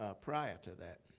ah prior to that.